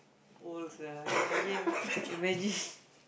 old sia imagine imagine